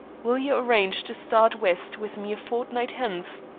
will you arrange to start west with me a fortnight hence?